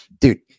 dude